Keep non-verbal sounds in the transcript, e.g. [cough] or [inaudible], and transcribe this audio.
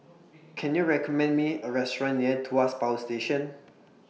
[noise] Can YOU recommend Me A Restaurant near Tuas Power Station